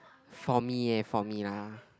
for me eh for me lah